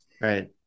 Right